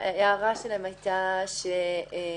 כל הפרוצדורה של הנהלים אמורה לחול על גופים נותני זכות.